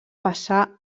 passar